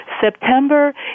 September